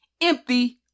Empty